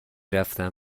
رفتتم